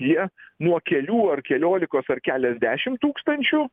jie nuo kelių ar keliolikos ar keliasdešim tūkstančių